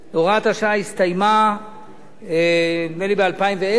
הוראת השעה הסתיימה נדמה לי ב-2010,